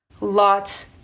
lots